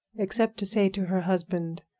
except to say to her husband,